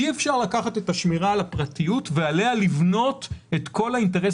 אי אפשר לקחת את השמירה על הפרטיות ועליה לבנות את כל האינטרס